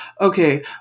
okay